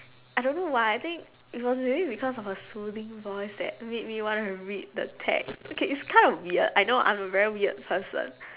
I don't know why I think it was maybe because of her soothing voice that made me wanna read the text okay it's kind of weird I know I'm a very weird person